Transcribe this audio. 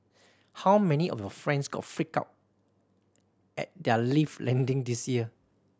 how many of your friends got freaked out at their lift landing this year